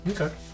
Okay